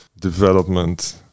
development